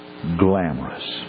glamorous